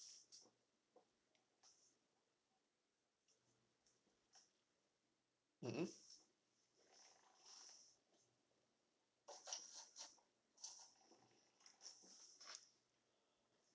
mmhmm